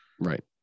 Right